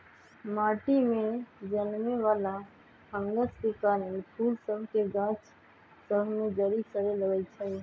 माटि में जलमे वला फंगस के कारन फूल सभ के गाछ सभ में जरी सरे लगइ छै